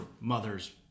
mother's